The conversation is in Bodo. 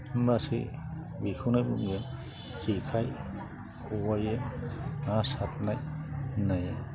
होनबासो बेखौनो बुंगोन जेखाय खबाइयै ना सारनाय होननाया